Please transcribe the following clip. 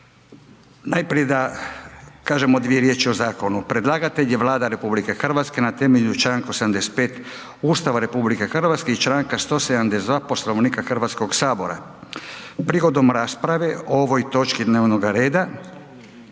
Najprije da kažemo dvije riječi o zakonu. Predlagatelj je Vlada RH na temelju čl. 85 Ustava RH i čl. 172. Poslovnika HS-a. prigodom rasprave o ovoj točki dnevnoga reda